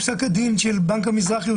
פסק הדין של בנק המזרחי,